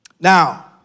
Now